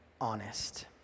honest